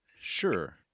Sure